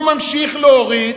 הוא ממשיך להוריד,